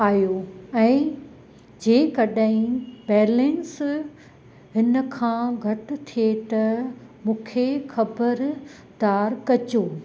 आयो ऐं जेकॾहिं बैलेंस हिन खां घटि थिए त मूंखे ख़बर दारु कजो